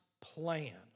plan